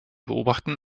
beobachten